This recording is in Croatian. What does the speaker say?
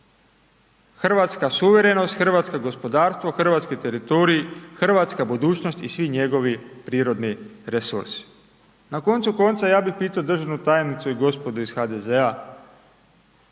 hrvatska suverenost, hrvatsko gospodarstvo, hrvatski teritorij, hrvatska budućnost i svi njegovi prirodni resursi. Na koncu konca, ja bih pitao državu tajnicu i gospodu iz HDZ-a,